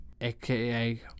AKA